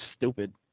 stupid